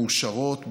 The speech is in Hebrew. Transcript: מאושרות,